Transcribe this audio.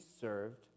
served